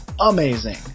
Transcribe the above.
amazing